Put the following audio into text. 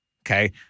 Okay